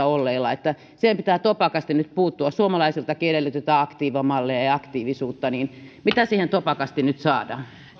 olleilla niin että siihen pitää topakasti nyt puuttua kun suomalaisiltakin edellytetään aktiivimalleja ja ja aktiivisuutta niin mitä siihen topakasti nyt saadaan